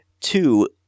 Two